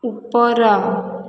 ଉପର